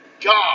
God